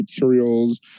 materials